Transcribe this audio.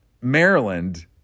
Maryland